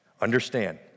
Understand